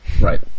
Right